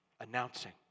announcing